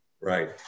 Right